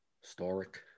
Historic